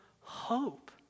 hope